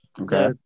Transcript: Okay